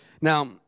Now